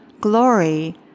glory